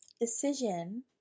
decision